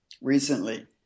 recently